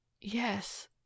Yes